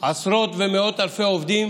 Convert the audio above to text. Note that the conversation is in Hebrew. עשרות ומאות אלפי העובדים